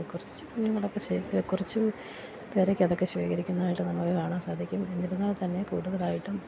കുറച്ച് കുഞ്ഞുങ്ങളൊക്കെ ശേഖരിക്കുന്ന കുറച്ച് പേരൊക്കെ അതൊക്കെ ശേഖരിക്കുന്നതായിട്ട് നമുക്ക് കാണാൻ സാധിക്കും എന്നിരുന്നാൽ തന്നെ കൂടുതലായിട്ട്